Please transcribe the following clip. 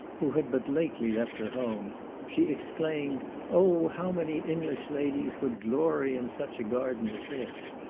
who had but lately left her home she exclaimed, oh! how many english ladies would glory in such a garden as this!